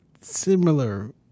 similar